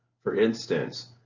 for instance,